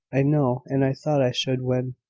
i know and i thought i should when.